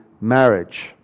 marriage